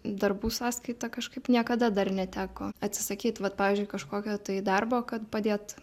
darbų sąskaita kažkaip niekada dar neteko atsisakyt vat pavyzdžiui kažkokio tai darbo kad padėt